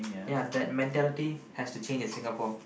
ya that mentality has to change in Singapore